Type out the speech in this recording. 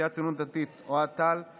לסיעת בציונות הדתית: אוהד טל;